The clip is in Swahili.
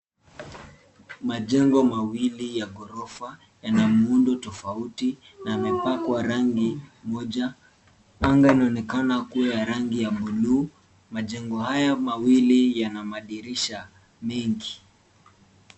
Majengo mawili ya ghorofa yana muundo tofauti na yamepakwa rangi moja. Anga inaonekana kuwa ya rangi ya buluu. Majengo haya mawili yana madirisha mengi.